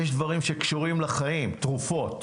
יש דברים שקשורים לחיים, תרופות